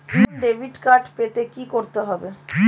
নতুন debit card পেতে কী করতে হবে?